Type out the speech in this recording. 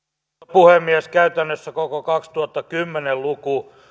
puhemies käytännössä koko kaksituhattakymmenen luku